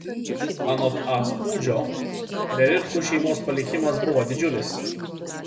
anot a spūdžio rerichų šeimos palikimas buvo didžiulis